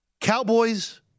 Cowboys